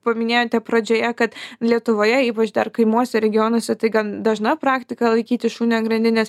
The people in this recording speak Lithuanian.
paminėjote pradžioje kad lietuvoje ypač dar kaimuose regionuose tai gan dažna praktika laikyti šunį an grandinės